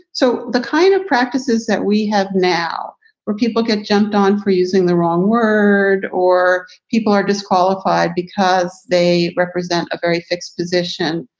so the kind of practices that we have now where people get jumped on for using the wrong word or people are disqualified because they represent a very fixed position.